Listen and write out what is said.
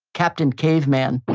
captain caveman